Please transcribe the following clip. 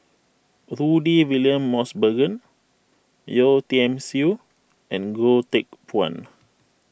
Rudy William Mosbergen Yeo Tiam Siew and Goh Teck Phuan